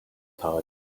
pouch